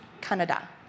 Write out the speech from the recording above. Canada